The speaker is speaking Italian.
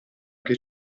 che